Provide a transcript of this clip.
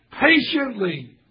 patiently